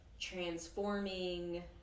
transforming